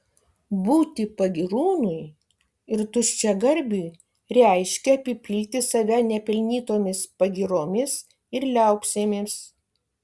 būti pagyrūnui ir tuščiagarbiui reiškia apipilti save nepelnytomis pagyromis ir liaupsėmis